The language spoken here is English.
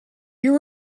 you